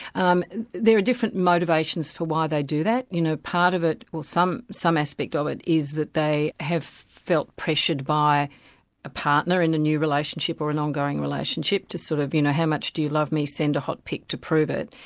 um there are different motivations for why they do that, you know, part of it, or some some aspect of it, is that they have felt pressured by a partner in a new relationship or an ongoing relationship to sort of you know how much do you love me? send a hot pic to prove it.